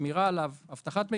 שמירה עליו ואבטחתו,